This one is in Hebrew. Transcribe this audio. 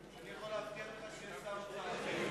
אני יכול להבטיח לך שיהיה שר אוצר אחר.